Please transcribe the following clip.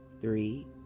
three